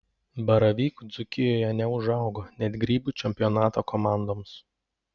baravykų dzūkijoje neužaugo net grybų čempionato komandoms